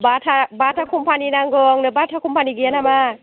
बाटा company नांगौ आंनो Bata company गैया नामा